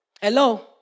Hello